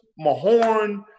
Mahorn